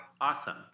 Awesome